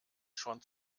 schon